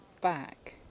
back